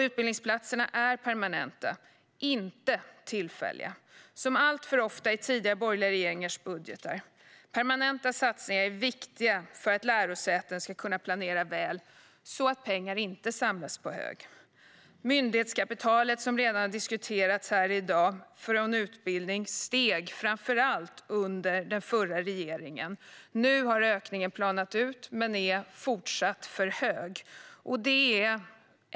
Utbildningsplatserna är just permanenta, inte tillfälliga som alltför ofta i tidigare borgerliga regeringars budgetar. Permanenta satsningar är viktiga för att lärosäten ska kunna planera väl så att pengar inte samlas på hög. Myndighetskapitalet från utbildning som redan har diskuterats här i dag steg, framför allt under den förra regeringen. Nu har ökningen planat ut, men nivån är fortfarande för hög.